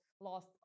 lost